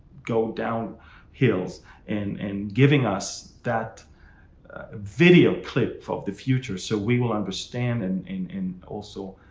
go down hills and and giving us that video clip of the future. so we will understand and and and also